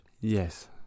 Yes